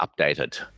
updated